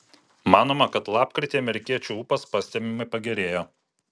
manoma kad lapkritį amerikiečių ūpas pastebimai pagerėjo